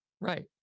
Right